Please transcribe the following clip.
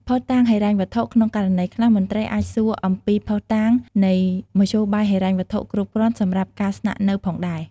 ភស្តុតាងហិរញ្ញវត្ថុ ក្នុងករណីខ្លះ មន្ត្រីអាចសួរអំពីភស្តុតាងនៃមធ្យោបាយហិរញ្ញវត្ថុគ្រប់គ្រាន់សម្រាប់ការស្នាក់នៅផងដែរ។